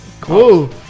cool